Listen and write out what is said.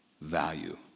value